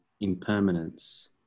impermanence